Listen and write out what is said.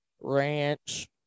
ranch